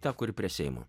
tą kuri prie seimo